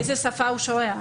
באיזו שפה הוא שולח.